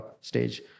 stage